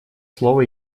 слово